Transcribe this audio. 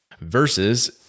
versus